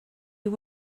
you